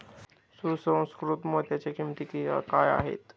सुसंस्कृत मोत्यांच्या किंमती काय आहेत